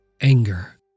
anger